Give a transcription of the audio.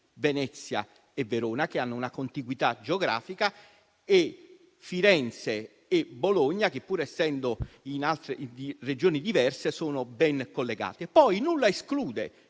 Venezia e Verona, che hanno una contiguità geografica; Firenze e Bologna, che pur essendo in Regioni diverse sono ben collegate. Nulla esclude